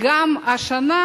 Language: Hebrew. גם השנה